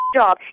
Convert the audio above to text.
job